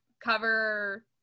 cover